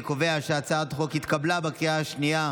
אני קובע שהצעת החוק התקבלה בקריאה השנייה.